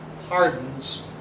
hardens